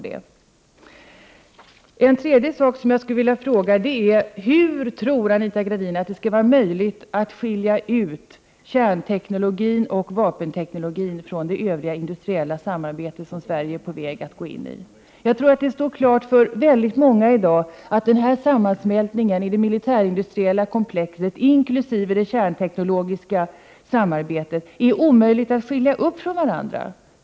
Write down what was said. Den tredje frågan är: Hur tror Anita Gradin att det skall vara möjligt att skilja ut kärnteknologin och vapenteknologin från det övriga industriella samarbete som Sverige är på väg att gå in i? Jag tror att det i dag står klart för väldigt många att det i den här sammansmältningen i det militärindustriella komplexet inkl. det kärnteknologiska samarbetet är omöjligt att skilja ut det ena från det andra.